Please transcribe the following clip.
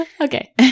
okay